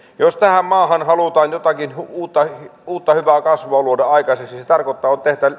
jos tähän maahan halutaan jotakin uutta hyvää kasvua luoda aikaiseksi se tarkoittaa että on